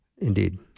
Indeed